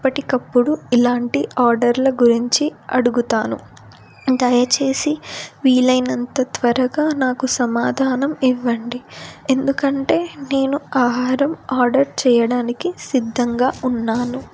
ఎప్పటికప్పుడు ఇలాంటి ఆర్డర్ల గురించి అడుగుతాను దయచేసి వీలైనంత త్వరగా నాకు సమాధానం ఇవ్వండి ఎందుకంటే నేను ఆహారం ఆర్డర్ చేయడానికి సిద్ధంగా ఉన్నాను